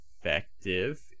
effective